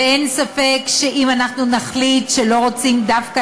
ואין ספק שאם אנחנו נחליט שלא רוצים דווקא